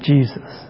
Jesus